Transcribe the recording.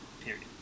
period